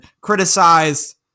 criticized